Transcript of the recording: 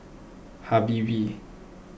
Habibie